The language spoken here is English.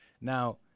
Now